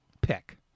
pick